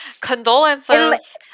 condolences